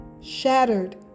Shattered